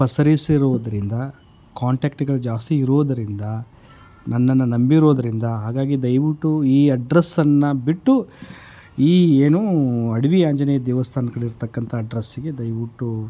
ಪಸರಿಸಿರುವುದ್ರಿಂದ ಕಾಂಟ್ಯಾಕ್ಟ್ಗಳು ಜಾಸ್ತಿ ಇರುವುದರಿಂದ ನನ್ನನ್ನು ನಂಬಿರುವುದ್ರಿಂದ ಹಾಗಾಗಿ ದಯವಿಟ್ಟು ಈ ಅಡ್ರಸ್ಸನ್ನು ಬಿಟ್ಟು ಈ ಏನು ಅಡವಿ ಆಂಜನೇಯ ದೇವಸ್ಥಾನ್ದ ಕಡೆ ಇರತಕ್ಕಂತ ಅಡ್ರಸ್ಸಿಗೆ ದಯವಿಟ್ಟು